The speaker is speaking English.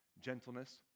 gentleness